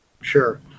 Sure